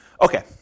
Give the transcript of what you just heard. Okay